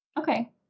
Okay